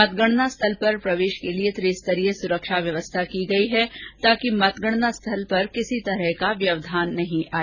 मतगणना स्थल पर प्रवेष के लिए त्रि स्तरीय सुरक्षा की व्यवस्था की गई है ताकि मतगणना स्थल पर किसी तरह का कोई व्यवधान नहीं आए